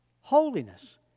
holiness